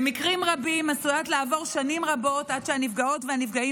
במקרים רבים עשויות לעבור שנים רבות עד שהנפגעות והנפגעים